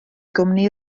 gwmni